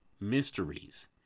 mysteries